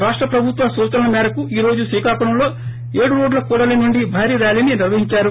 రాష్ట ప్రభుత్వ సూచనల మేరకు ఈ రోజు శ్రీకాకుళంలో ఏడు రోడ్ల కూడలి నుండి భారీ ర్యాల్ని నిర్వహించారు